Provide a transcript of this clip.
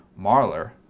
Marler